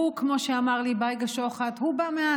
הוא, כמו שאמר לי בייגה שוחט, הוא בא מהאקדמיה.